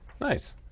Nice